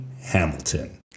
Hamilton